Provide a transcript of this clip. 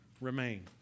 remain